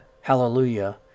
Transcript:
Hallelujah